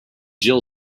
jill